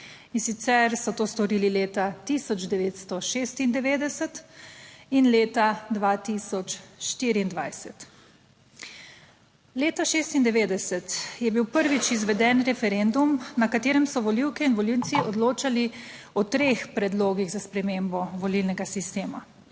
In sicer so to storili leta 1996 in leta 2024. Leta 1996 je bil prvič izveden referendum, na katerem so volivke in volivci odločali o treh predlogih za spremembo volilnega sistema.